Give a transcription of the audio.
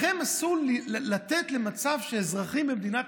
לכם אסור לתת שיהיה מצב שאזרחים במדינת